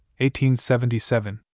1877